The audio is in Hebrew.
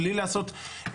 בלי לעשות,